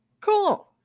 Cool